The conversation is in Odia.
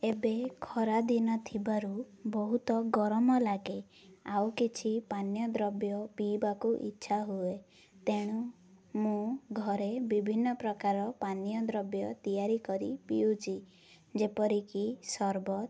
ଏବେ ଖରାଦିନ ଥିବାରୁ ବହୁତ ଗରମ ଲାଗେ ଆଉ କିଛି ପାନୀୟ ଦ୍ରବ୍ୟ ପିଇବାକୁ ଇଚ୍ଛା ହୁଏ ତେଣୁ ମୁଁ ଘରେ ବିଭିନ୍ନ ପ୍ରକାର ପାନୀୟ ଦ୍ରବ୍ୟ ତିଆରି କରି ପିଉଛି ଯେପରିକି ସର୍ବତ